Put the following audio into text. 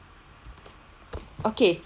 okay